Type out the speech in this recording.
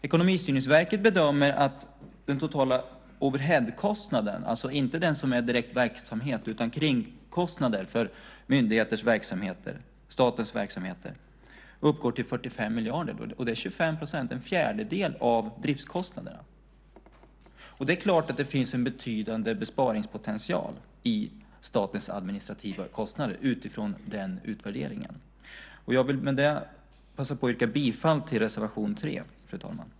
Ekonomistyrningsverket bedömer att den totala overheadkostnaden, inte den som är direkt verksamhet utan kringkostnader för myndigheters, statens, verksamheter, uppgår till 45 miljarder. Det är en fjärdedel av driftskostnaderna. Det är klart att det finns en betydande besparingspotential i statens administrativa kostnader utifrån den utvärderingen. Jag vill med detta passa på att yrka bifall till reservation 3.